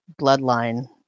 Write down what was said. bloodline